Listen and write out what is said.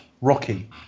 Rocky